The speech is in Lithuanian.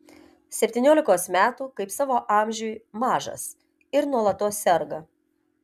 septyniolikos metų kaip savo amžiui mažas ir nuolatos serga